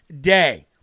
day